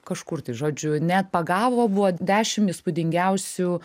kažkur tai žodžiu net pagavo buvo dešimt įspūdingiausių